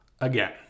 again